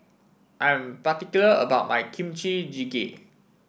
I am particular about my Kimchi Jjigae